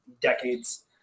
decades